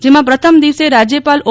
જેમાં પ્રથમ દિવસે રાજ્યપાલ ઓ